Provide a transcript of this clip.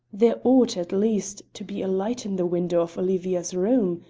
there ought, at least, to be a light in the window of olivia's room.